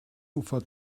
ufer